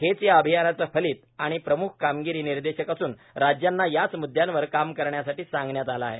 हेच या अभियानाचे फलित आणि प्रम्ख कामगिरी निर्देशक असून राज्यांना याच मुद्यांवर काम करण्यासाठी सांगण्यात आले आहे